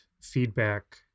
feedback